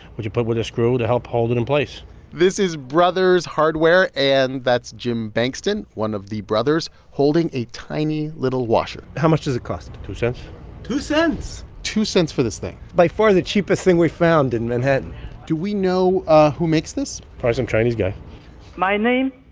which you put with a screw to help hold it in place this is brothers hardware, and that's jim bengtson, one of the brothers, holding a tiny little washer how much does it cost? two cents two cents two cents for this thing by far, the cheapest thing we've found in manhattan do we know ah who makes this? probably some chinese guy my name?